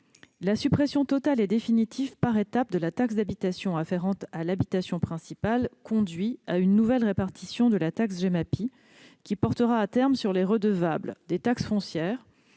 La suppression totale et définitive, par étapes, de la taxe d'habitation afférente à l'habitation principale conduit à une nouvelle répartition de la taxe Gemapi, qui portera à terme sur les redevables des taxes foncières,